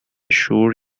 شور